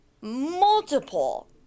multiple